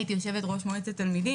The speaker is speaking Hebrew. הייתי יושבת-ראש מועצת תלמידים,